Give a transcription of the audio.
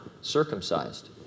circumcised